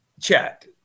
Chat